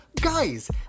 guys